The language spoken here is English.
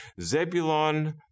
Zebulon